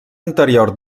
anterior